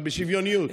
אבל בשוויוניות.